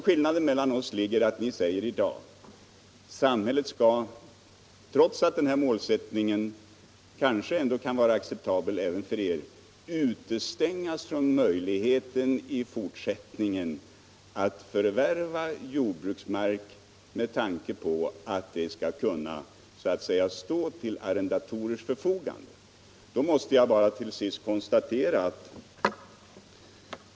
Skillnaden mellan oss ligger alltså i att ni säger i dag att samhället skall, trots att den här målsättningen kanske ändå kan vara acceptabel även för er, utestängas från möjligheten att i fortsättningen förvärva jordbruksmark med tanke på att den skall kunna stå till arrendatorers förfogande.